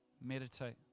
Meditate